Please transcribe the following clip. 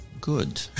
good